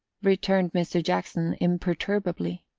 returned mr. jackson imperturbably.